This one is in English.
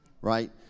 right